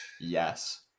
Yes